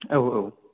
औ औ